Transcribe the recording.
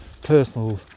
personal